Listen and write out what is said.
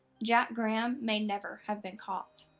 jack graham may never have been caught.